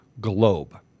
globe